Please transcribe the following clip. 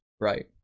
Right